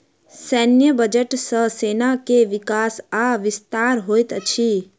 सैन्य बजट सॅ सेना के विकास आ विस्तार होइत अछि